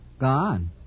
Gone